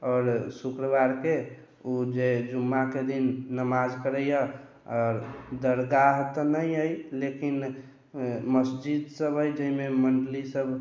आओर शुक्रवारके ओ जे जुम्माके दिन नमाज़ करैए आओर दरगाह तऽ नहि अइ लेकिन मस्जिदसभ अइ जाहिमे मण्डलीसभ